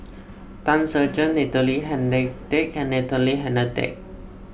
Tan Ser Cher Natalie Hennedige and Natalie Hennedige